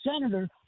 senator